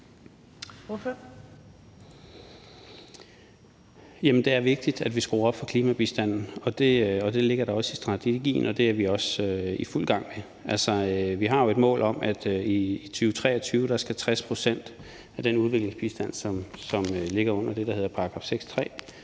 Det er vigtigt, at vi skruer op for klimabistanden. Det ligger også i strategien, og det er vi også i fuld gang med. Altså, vi har et mål om, at i 2023 skal 30 pct. af den udviklingsbistand, som ligger under det, der hedder § 6.3,